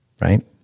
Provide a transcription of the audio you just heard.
right